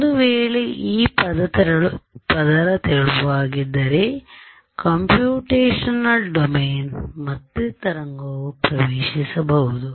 ಒಂದು ವೇಳೆ ಈ ಪದರ ತೆಳುವಾಗಿದ್ದರೆ ಕಂಪ್ಯೂಟೇಶನಲ್ ಡೊಮೇನ್ಗೆ ಮತ್ತೆ ತರಂಗವು ಪ್ರವೇಶಿಸಬಹುದು